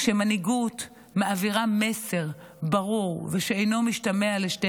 כשמנהיגות מעבירה מסר ברור ושאינו משתמע לשתי